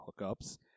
hookups